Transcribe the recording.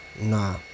nah